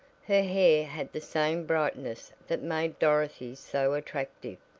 her hair had the same brightness that made dorothy's so attractive,